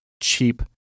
cheap